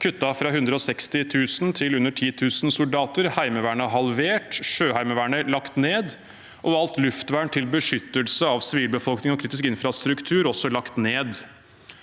kuttet fra 160 000 til under 10 000 soldater, Heimevernet er halvert, Sjøheimevernet er lagt ned, og alt luftvern til beskyttelse av sivilbefolkningen og kritisk infrastruktur er også lagt ned.